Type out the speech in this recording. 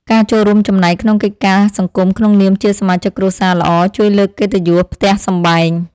ការចូលរួមចំណែកក្នុងកិច្ចការសង្គមក្នុងនាមជាសមាជិកគ្រួសារល្អជួយលើកកិត្តិយសផ្ទះសម្បែង។